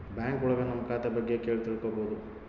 bank ಒಳಗ ನಮ್ ಖಾತೆ ಬಗ್ಗೆ ಕೇಳಿ ತಿಳ್ಕೋಬೋದು